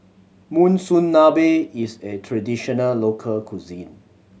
monsunabe is a traditional local cuisine